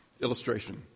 Illustration